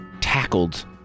tackled